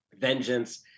vengeance